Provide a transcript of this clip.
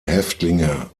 häftlinge